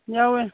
ꯌꯥꯎꯋꯦ